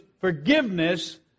forgiveness